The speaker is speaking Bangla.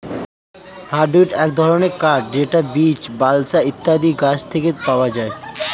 হার্ডউড এক ধরনের কাঠ যেটা বীচ, বালসা ইত্যাদি গাছ থেকে পাওয়া যায়